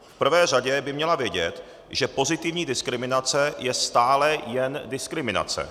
V prvé řadě by měla vědět, že pozitivní diskriminace je stále jen diskriminace.